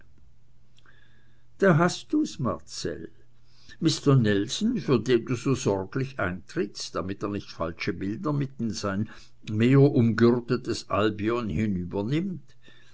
da hast du's marcell mister nelson für den du so sorglich eintrittst damit er nicht falsche bilder mit in sein meerumgürtetes albion hinübernimmt